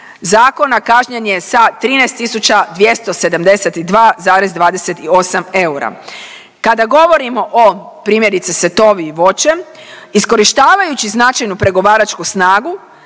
zakona kažnjen je sa 13.272,28 eura. Kada govorimo o primjerice Setovii voće iskorištavajući značajnu pregovaračku snagu